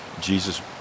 Jesus